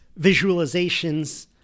visualizations